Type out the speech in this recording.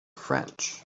french